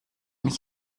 mich